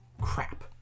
crap